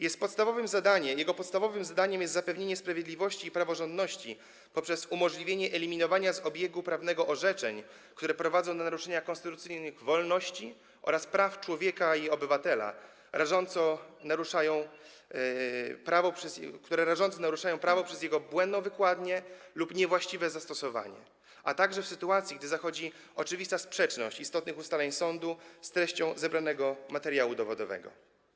Jego podstawowym zadaniem jest zapewnienie sprawiedliwości i praworządności poprzez umożliwienie eliminowania z obiegu prawnego orzeczeń, które prowadzą do naruszenia konstytucyjnych wolności oraz praw człowieka i obywatela, które rażąco naruszają prawo przez jego błędną wykładnię lub niewłaściwe zastosowanie, a także w sytuacji gdy zachodzi oczywista sprzeczność istotnych ustaleń sądu z treścią zebranego materiału dowodowego.